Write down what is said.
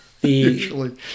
Usually